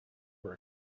were